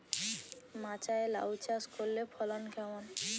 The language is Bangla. মাচায় লাউ চাষ করলে ফলন কেমন?